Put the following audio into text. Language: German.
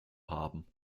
haben